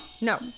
No